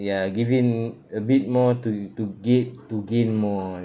ya give in a bit more to to ga~ to gain more